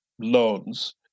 loans